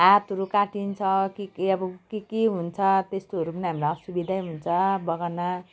हातहरू काटिन्छ के के अब के के हुन्छ त्यस्तोहरू पनि हामीलाई असुविधै हुन्छ बगानमा